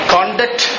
Conduct